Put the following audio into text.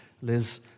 Liz